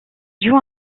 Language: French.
joue